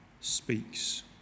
speaks